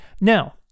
Now